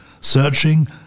searching